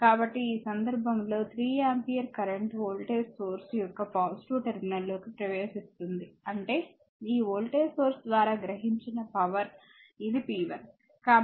కాబట్టి ఈ సందర్భంలో 3 ఆంపియర్ కరెంట్ వోల్టేజ్ సోర్స్ యొక్క పాజిటివ్ టెర్మినల్ లోకి ప్రవేశిస్తుంది అంటే ఈ వోల్టేజ్ సోర్స్ ద్వారా గ్రహించిన పవర్ ఇది p 1